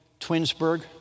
Twinsburg